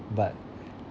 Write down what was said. but